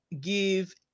give